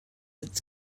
its